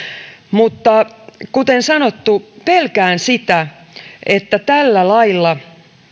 mutta kuten sanottu pelkään sitä että tällä lailla